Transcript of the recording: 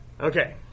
Okay